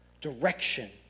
direction